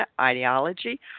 ideology